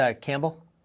Campbell